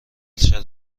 چرا